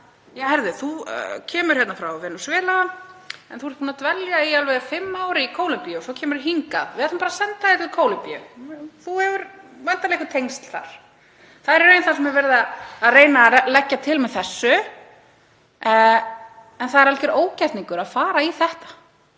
Ja, heyrðu, þú kemur hingað frá Venesúela en þú ert búinn að dvelja í alveg í fimm ár í Kólumbíu og svo kemurðu hingað svo við ætlum bara senda þig til Kólumbíu. Þú hefur væntanlega einhver tengsl þar. Það er í raun það sem er verið að reyna að leggja til með þessu. En það er algjör ógerningur að fara í þetta